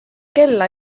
kella